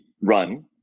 run